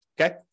okay